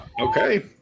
Okay